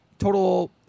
total